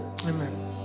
Amen